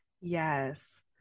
yes